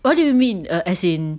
what do you mean err as in